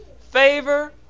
favor